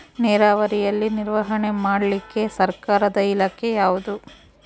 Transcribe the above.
ನೇರಾವರಿಯಲ್ಲಿ ನಿರ್ವಹಣೆ ಮಾಡಲಿಕ್ಕೆ ಸರ್ಕಾರದ ಇಲಾಖೆ ಯಾವುದು?